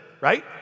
right